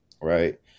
right